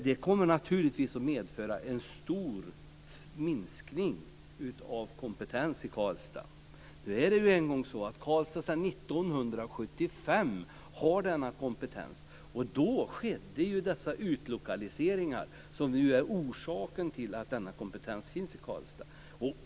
Detta kommer naturligtvis att medföra en stor minskning av kompetens i Karlstad. Karlstad har ju denna kompetens sedan 1975. Då skedde de utlokaliseringar som nu är orsaken till att denna kompetens finns där.